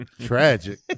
Tragic